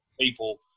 People